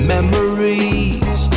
Memories